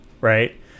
right